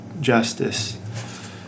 justice